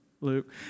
Luke